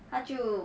他就